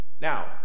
Now